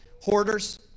Hoarders